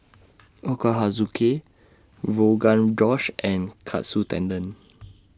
Ochazuke Rogan Josh and Katsu Tendon